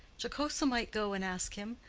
jocosa might go and ask him.